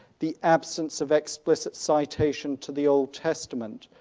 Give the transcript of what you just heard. the absence of explicit citation to the old testament,